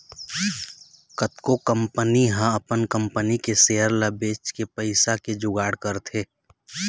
कतको कंपनी ह अपन कंपनी के सेयर ल बेचके पइसा के जुगाड़ करथे